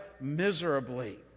miserably